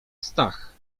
stach